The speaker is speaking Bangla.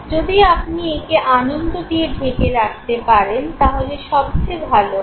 যদি আপনি একে আনন্দ দিয়ে ঢেকে রাখতে পারেন তাহলে সবচেয়ে ভালো হয়